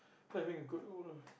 feeling like having a good old